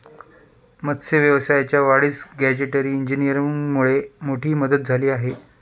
मत्स्य व्यवसायाच्या वाढीस गॅजेटरी इंजिनीअरिंगमुळे मोठी मदत झाली आहे